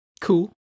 cool